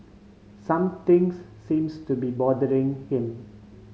something's seems to be bothering him